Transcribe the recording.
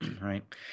right